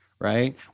right